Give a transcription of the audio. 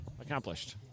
accomplished